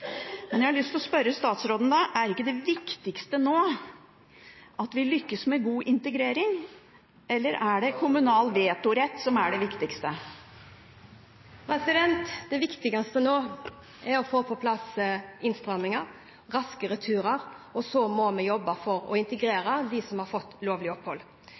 Jeg har lyst til å spørre statsråden: Er ikke det viktigste nå at vi lykkes med god integrering, eller er det kommunal vetorett som er det viktigste? Det viktigste nå er å få på plass innstramminger og raske returer, og så må vi jobbe for å integrere dem som har fått lovlig opphold.